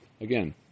again